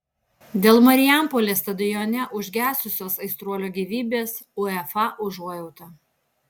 dėl marijampolės stadione užgesusios aistruolio gyvybės uefa užuojauta